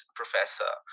professor